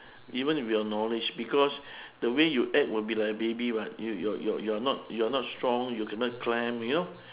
even if you are knowledge because the way you act will be like a baby [what] you're you're you're you're not you're not strong you cannot climb you know